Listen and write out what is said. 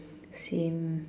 same